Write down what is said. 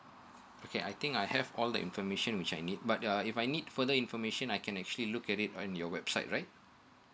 okay I think I have all the information which I need but ya if I need further information I can actually look at it on your website right